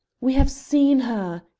we have seen her!